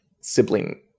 sibling